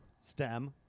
stem